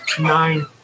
Nine